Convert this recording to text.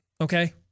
Okay